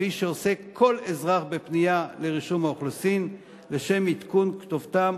כפי שעושה כל אזרח בפנייה לרישום האוכלוסין לשם עדכון כתובתו,